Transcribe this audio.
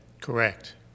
Correct